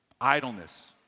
Idleness